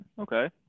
okay